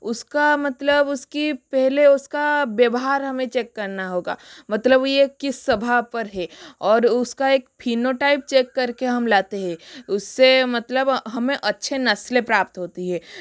उसका मतलब उसकी पहले उसका व्यवहार हमें चेक करना होगा मतलब यह कि सभा पर है और उसका एक फिनोटाइप चेक करके हम लाते हैं उससे मतलब हमको अच्छे नस्लें प्राप्त होती है